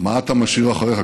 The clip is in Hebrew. מה אתה משאיר אחריך?